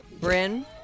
Bryn